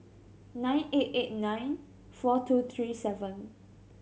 nine eight eight nine four two three seven